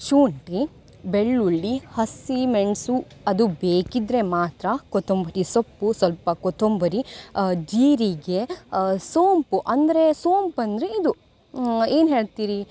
ಶುಂಠಿ ಬೆಳ್ಳುಳ್ಳಿ ಹಸಿಮೆಣಸು ಅದು ಬೇಕಿದ್ದರೆ ಮಾತ್ರ ಕೊತ್ತಂಬರಿ ಸೊಪ್ಪು ಸ್ವಲ್ಪ ಕೊತ್ತುಂಬರಿ ಜೀರಿಗೆ ಸೋಂಪು ಅಂದರೆ ಸೋಂಪು ಅಂದರೆ ಇದು ಏನು ಹೇಳ್ತೀರಿ